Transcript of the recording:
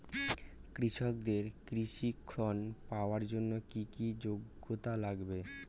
কৃষকদের কৃষি ঋণ পাওয়ার জন্য কী কী যোগ্যতা লাগে?